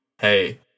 hey